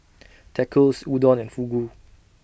Tacos Udon and Fugu